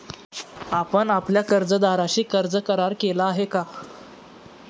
आपण आपल्या कर्जदाराशी कर्ज करार केला आहे का?